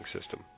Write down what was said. system